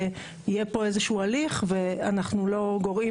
יהיה פה איזה שהוא הליך ואנחנו לא גורעים